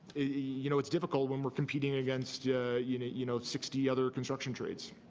you know it's difficult when we're competing against you know you know sixty other construction trades.